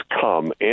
come